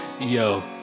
Yo